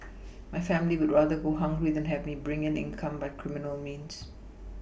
my family would rather go hungry than have me bring in income by criminal means